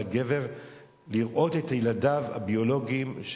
לגבר לראות את ילדיו הביולוגיים,